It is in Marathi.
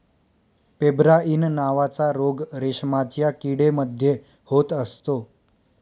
पेब्राइन नावाचा रोग रेशमाच्या किडे मध्ये होत असतो